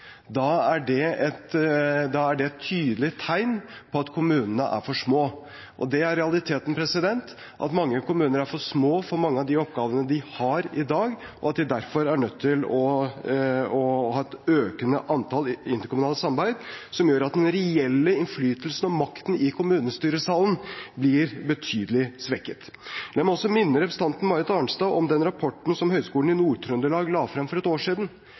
er det et tydelig tegn på at kommunene er for små. Det er realiteten – at mange kommuner er for små for mange av de oppgavene de har i dag, og at et økende antall derfor er nødt til å ha et interkommunalt samarbeid, noe som gjør at den reelle innflytelsen og makten i kommunestyresalen blir betydelig svekket. Jeg må også minne representanten Marit Arnstad om den rapporten som Høgskolen i Nord-Trøndelag la frem for et år siden.